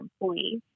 employees